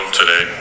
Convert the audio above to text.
today